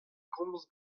komz